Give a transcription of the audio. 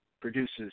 produces